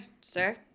sir